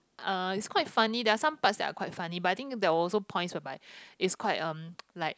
uh it's quite funny there are some parts that are quite funny but I think there were also points whereby like it's quite um like